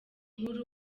nkuru